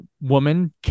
woman